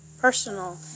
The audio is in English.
personal